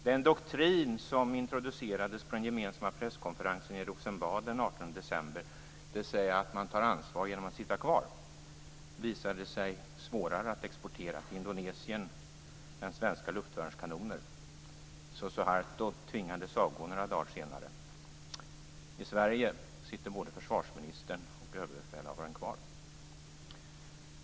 Den doktrin som introducerades på den gemensamma presskonferensen på Rosenbad den 18 december, dvs. att man tar ansvar genom att sitta kvar, visade sig vara svårare att exportera till Indonesien än svenska luftvärnskanoner. Suharto tvingade avgå några dagar senare. I Sverige sitter både försvarsministern och överbefälhavaren kvar.